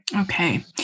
Okay